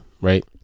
Right